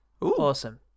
Awesome